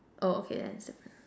oh okay then it's different